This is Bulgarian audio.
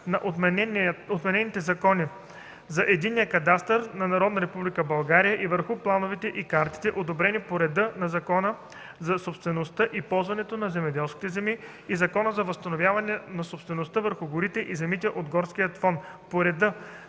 на отменения Закон за единния кадастър на Народна република България, и върху плановете и картите, одобрени по реда на Закона за собствеността и ползуването на земеделските земи и Закона за възстановяване на собствеността върху горите и земите от горския фонд – по реда